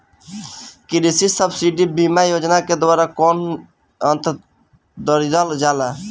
कृषि सब्सिडी बीमा योजना के द्वारा कौन कौन यंत्र खरीदल जाला?